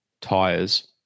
tires